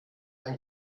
ein